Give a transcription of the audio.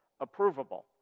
approvable